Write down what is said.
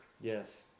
Yes